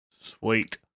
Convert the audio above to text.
Sweet